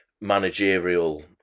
managerial